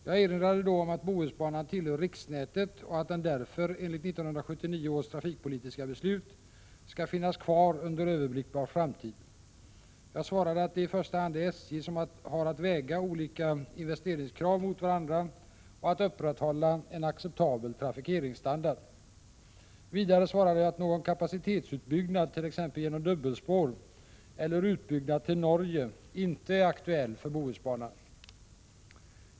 Jag erinrade då om att Bohusbanan tillhör riksnätet och att den därför — enligt 1979 års trafikpolitiska beslut — skall finnas kvar under överblickbar framtid. Jag svarade att det i första hand är SJ som har att väga olika investeringskrav mot varandra och att upprätthålla en acceptabel trafikeringsstandard. Vidare svarade jag att någon kapacitetsutbyggnad, t.ex. genom dubbelspår, eller utbyggnad till Norge inte är aktuell för Bohusbanan.